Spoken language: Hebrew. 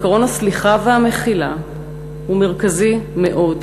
עקרון הסליחה והמחילה הוא מרכזי מאוד,